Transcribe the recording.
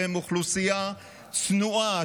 שהם אוכלוסייה צנועה,